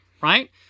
Right